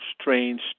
strange